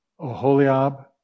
Oholiab